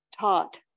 taught